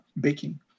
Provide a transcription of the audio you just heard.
baking